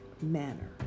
manner